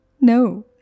No